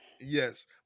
Yes